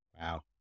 Wow